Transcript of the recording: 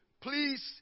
Please